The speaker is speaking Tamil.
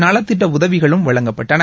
நலத்திட்ட உதவிகளும் வழங்கப்பட்டன